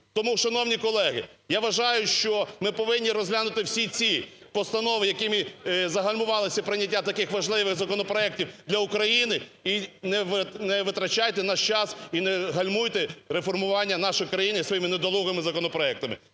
Тому, шановні колеги, я вважаю, що ми повинні розглянути всі ці постанови, якими загальмувалося прийняття таких важливих законопроектів для України і не витрачайте наш час, і не гальмуйте реформування нашої країни своїми недолугими законопроектами.